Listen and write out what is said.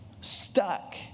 stuck